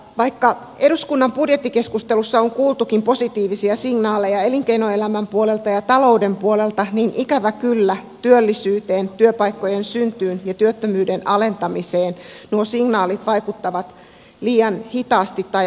vaikka eduskunnan budjettikeskustelussa on kuultukin positiivisia signaaleja elinkeinoelämän ja talouden puolelta niin ikävä kyllä työllisyyteen työpaikkojen syntyyn ja työttömyyden alentamiseen nuo signaalit vaikuttavat liian hitaasti tai aina viiveellä